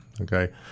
Okay